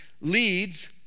leads